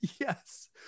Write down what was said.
Yes